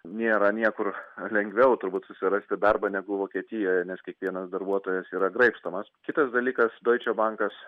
nėra niekur lengviau turbūt susirasti darbą negu vokietijoje nes kiekvienas darbuotojas yra graibstomas kitas dalykas doiče bankas